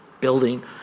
building